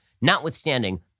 notwithstanding